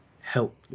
help